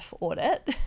audit